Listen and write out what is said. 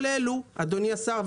אדוני השר,